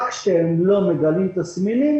רק כשהם לא מגלים תסמינים,